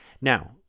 now